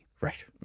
Right